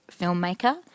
filmmaker